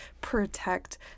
protect